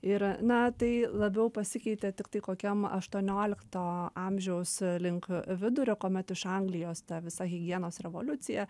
ir na tai labiau pasikeitė tiktai kokiam aštuoniolikto amžiaus link vidurio kuomet iš anglijos ta visa higienos revoliucija